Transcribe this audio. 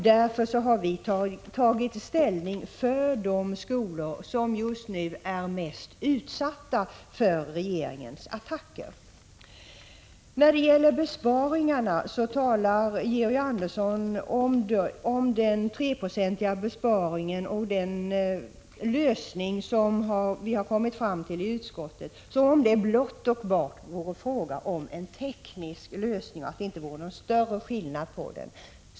Därför har vi tagit ställning för de skolor som just nu är mest utsatta för regeringens attacker. När det gäller besparingarna talar Georg Andersson om den 3-procentiga besparingen och den lösning som vi har kommit fram till i utskottet som om det blott och bart vore en teknisk lösning och som om det inte fanns någon större skillnad.